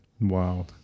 Wow